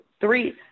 three